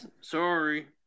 sorry